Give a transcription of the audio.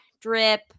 drip